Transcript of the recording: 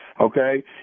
okay